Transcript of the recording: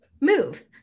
move